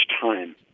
time